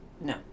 No